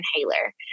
inhaler